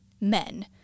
men